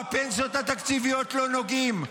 בפנסיות התקציביות לא נוגעים,